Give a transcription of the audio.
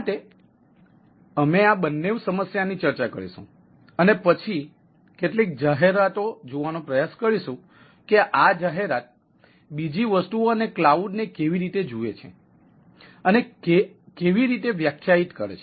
માટે અમે આ બંને સમસ્યાઓ ની ચર્ચા કરીશું અને પછી કેટલીક જાહેરાતો જોવાનો પ્રયાસ કરીશું કે આ જાહેરાત બીજી વસ્તુઓ અને ક્લાઉડને કેવી રીતે જુએ છે અને તેને કેવી રીતે વ્યાખ્યાયિત કરે છે